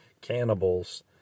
cannibals